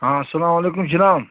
آ سلام علیکُم جناب